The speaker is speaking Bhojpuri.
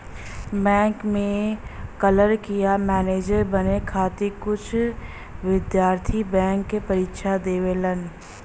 बैंक में क्लर्क या मैनेजर बने खातिर कुछ विद्यार्थी बैंक क परीक्षा देवलन